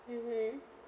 mmhmm